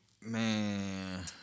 Man